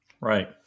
right